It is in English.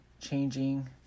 changing